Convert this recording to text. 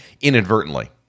inadvertently